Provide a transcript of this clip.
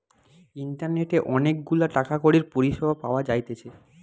ইন্টারনেটে অনেক গুলা টাকা কড়ির পরিষেবা পাওয়া যাইতেছে